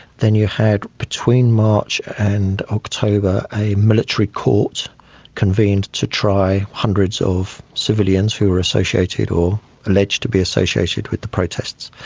then you had between march and october a military court convened to try hundreds of civilians who were associated or alleged to be associated with the protests.